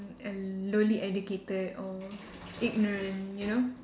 and lonely educated or ignorant you know